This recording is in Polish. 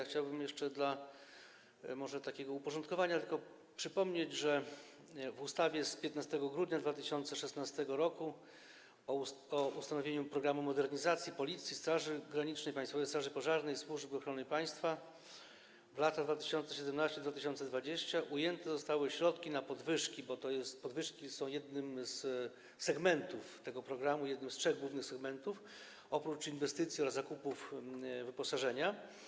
Chciałbym jeszcze może w celu takiego uporządkowania tylko przypomnieć, że w ustawie z 15 grudnia 2016 r. o ustanowieniu „Programu modernizacji Policji, Straży Granicznej, Państwowej Straży Pożarnej i Służby Ochrony Państwa w latach 2017-2020” ujęte zostały środki na podwyżki, bo podwyżki są jednym z segmentów tego programu, jednym z trzech głównych segmentów oprócz inwestycji oraz zakupów wyposażenia.